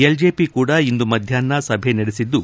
LJP ಕೂಡ ಇಂದು ಮಧ್ಯಾಹ್ನ ಸಭೆ ನಡೆಸಿದ್ದು